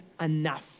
enough